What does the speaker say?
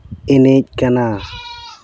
ᱮᱱᱮᱡ ᱠᱟᱱᱟ